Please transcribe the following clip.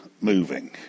moving